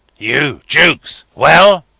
you, jukes well?